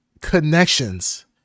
connections